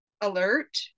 alert